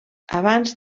abans